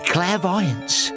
Clairvoyance